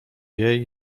jej